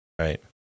Right